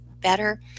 better